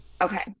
Okay